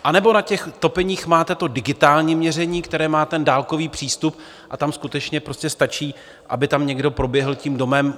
Anebo na těch topeních máte digitální měření, které má dálkový přístup, a tam skutečně prostě stačí, aby tam někdo proběhl tím domem.